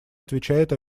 отвечает